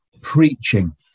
preaching